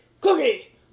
Cookie